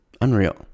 Unreal